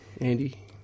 Andy